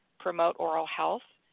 promote oral health,